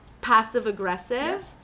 passive-aggressive